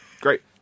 great